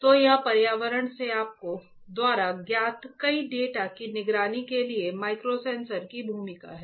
तो यह पर्यावरण से आपके द्वारा ज्ञात कई डेटा की निगरानी के लिए माइक्रोसेंसर की भूमिका है